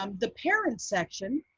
um the parent section